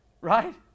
Right